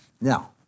Now